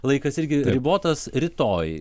laikas irgi ribotas rytoj